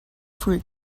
free